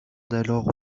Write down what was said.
d’alors